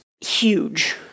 huge